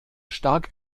stark